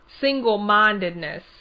single-mindedness